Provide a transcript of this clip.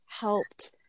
helped